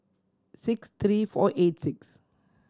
sixty three four eight six